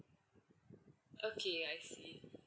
okay I see